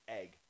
egg